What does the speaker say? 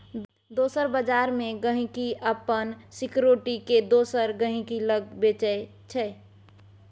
दोसर बजार मे गांहिकी अपन सिक्युरिटी केँ दोसर गहिंकी लग बेचय छै